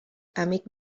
amic